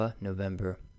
november